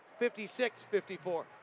56-54